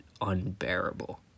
unbearable